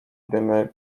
dymy